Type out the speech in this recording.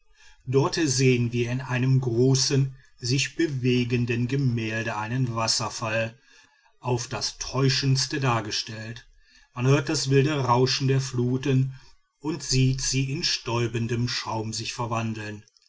dort sehen wir in einem großen sich bewegenden gemälde einen wasserfall auf das täuschendste dargestellt man hört das wilde rauschen der flut und sieht sie in stäubendem schaum sich verwandeln